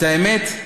את האמת,